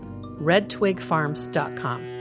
redtwigfarms.com